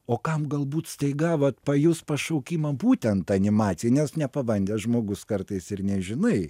o kam galbūt staiga vat pajus pašaukimą būtent animacijai nes nepabandęs žmogus kartais ir nežinai